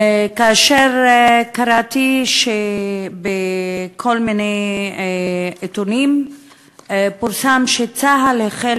כאשר קראתי שבכל מיני עיתונים פורסם שצה"ל החל